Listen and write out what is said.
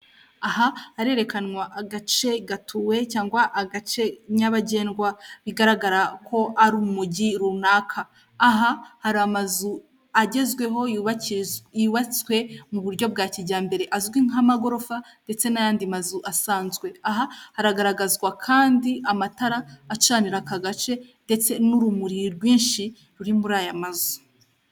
Aha harerekanwa agace gatuwe cyangwa agace nyabagendwa bigaragara ko ari umujyi runaka. Aha hari amazu agezweho yubatswe mu buryo bwa kijyambere azwi nk'amagorofa ndetse n'ayandi mazu asanzwe. Aha hagaragazwa kandi amatara acanira aka gace ndetse n'urumuri rwinshi ruri muri aya mazu.